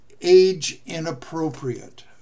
age-inappropriate